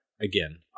again